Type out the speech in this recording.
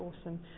awesome